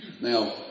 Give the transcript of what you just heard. Now